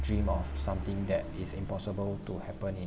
dream of something that is impossible to happen in